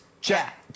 Jack